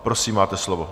Prosím, máte slovo.